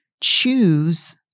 choose